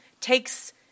takes